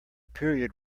period